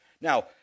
Now